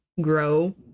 grow